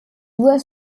doit